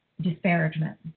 disparagement